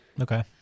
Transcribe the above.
Okay